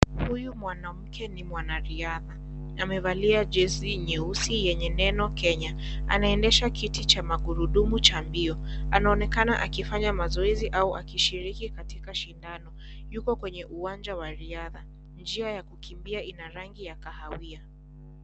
Huyu mwanamke ni mwanariadha, amevalia jezi nyeusi yenye neno Kenya, anaendesha kiti cha magurudumu cha mbio, anaonekana akifanya mazoezi au akishiriki katika shindano, yuko kwa uwanja wa riadha, njia ya kukimbia ina rangi ya kahawia.